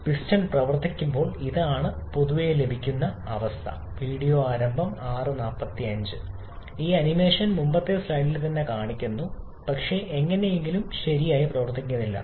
piston പ്രവർത്തിക്കുമ്പോൾ ഇതാണ് പൊതുവെ ലഭിക്കുന്ന അവസ്ഥ ഈ ആനിമേഷൻ മുമ്പത്തെ സ്ലൈഡിൽ തന്നെ കാണിക്കുന്നു പക്ഷേ എങ്ങനെയെങ്കിലും ശരിയായി പ്രവർത്തിക്കുന്നില്ല